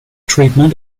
treatment